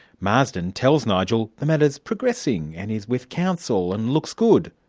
marsden tells nigel the matter is progressing and is with counsel and looks good.